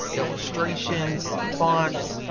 illustrations, fonts,